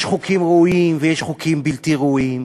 יש חוקים ראויים ויש חוקים בלתי ראויים,